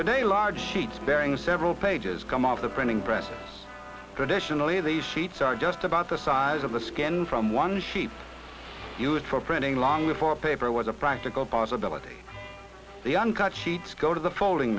today large sheets bearing several pages come out of the printing press traditionally the sheets are just about the size of the skin from one sheep used for printing long before paper was a practical possibility the uncut sheets go to the folding